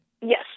Yes